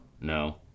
No